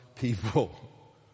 people